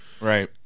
Right